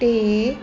'ਤੇ